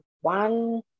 one